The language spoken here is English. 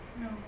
No